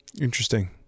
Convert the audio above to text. Interesting